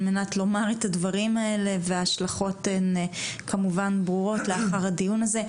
על מנת לומר את הדברים האלה וההשלכות הם כמובן ברורות לאחר הדיון הזה.